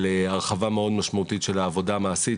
הרחבה מאוד משמעותית של העבודה המעשית,